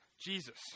Jesus